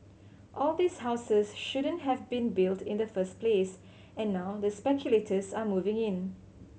all these houses shouldn't have been built in the first place and now the speculators are moving in